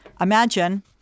imagine